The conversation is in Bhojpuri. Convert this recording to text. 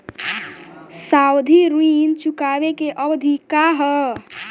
सावधि ऋण चुकावे के अवधि का ह?